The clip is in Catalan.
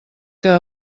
que